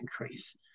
increase